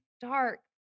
dark